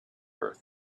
earth